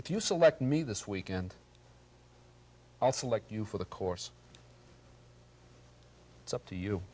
if you select me this weekend i'll feel like you for the course it's up to you